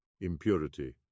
Impurity